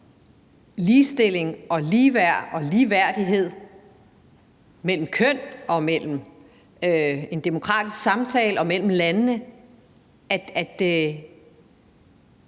ligestilling og ligeværd og ligeværdighed mellem køn og have en demokratisk samtale, også mellem landene.